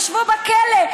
ישבו בכלא.